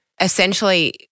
essentially